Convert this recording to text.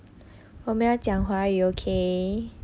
我们要讲华语 okay